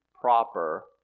proper